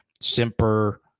Simper